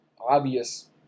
obvious